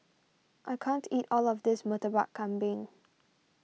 I can't eat all of this Murtabak Kambing